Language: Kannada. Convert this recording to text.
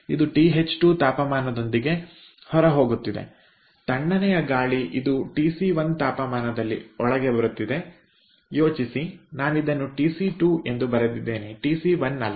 ಇದು ಟಿಹೆಚ್2 ತಾಪಮಾನದೊಂದಿಗೆ ಹೊರಗೆ ಹೋಗುತ್ತಿದೆ ತಣ್ಣನೆಯ ಗಾಳಿ ಇದು ಟಿಸಿ2 ತಾಪಮಾನದಲ್ಲಿ ಒಳಗೆ ಬರುತ್ತಿದೆ ಯೋಚಿಸಿ ನಾನಿದನ್ನು ಟಿಸಿ2 ಎಂದು ಬರೆದಿದ್ದೇನೆ ಟಿಸಿ1 ಅಲ್ಲ